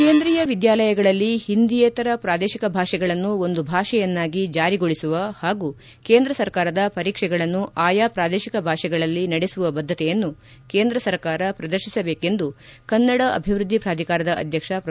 ಕೇಂದ್ರೀಯ ವಿದ್ಯಾಲಯಗಳಲ್ಲಿ ಹಿಂದಿಯೇತರ ಪ್ರಾದೇಶಿಕ ಭಾಷೆಗಳನ್ನು ಒಂದು ಭಾಷೆಯನ್ನಾಗಿ ಜಾರಿಗೊಳಿಸುವ ಹಾಗೂ ಕೇಂದ್ರ ಸರ್ಕಾರದ ಪರೀಕ್ಷೆಗಳನ್ನು ಆಯಾ ಪ್ರಾದೇಶಿಕ ಭಾಷೆಗಳಲ್ಲಿ ನಡೆಸುವ ಬದ್ಧತೆಯನ್ನು ಕೇಂದ್ರ ಸರ್ಕಾರ ಪ್ರದರ್ತಿಸಬೇಕೆಂದು ಕನ್ನಡ ಅಭಿವೃದ್ಧಿ ಪ್ರಾಧಿಕಾರದ ಅಧ್ಯಕ್ಷ ಪ್ರೊ